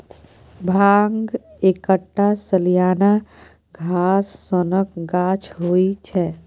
भांग एकटा सलियाना घास सनक गाछ होइ छै